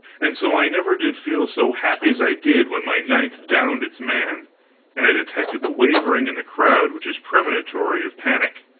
and so i never did feel so happy as i did when my ninth downed its man and i detected the wavering in the crowd which is premonitory of panic.